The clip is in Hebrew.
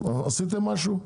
עשיתם משהו?